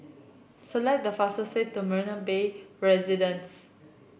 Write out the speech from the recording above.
select the fastest way to Marina Bay Residences